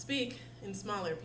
speak in smaller